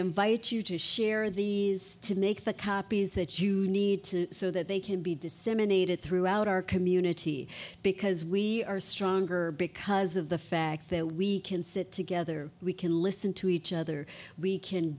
invite you to share these to make the copies that you need to so that they can be disseminated throughout our community because we are stronger because of the fact that we can sit together we can listen to each other we can